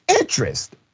interest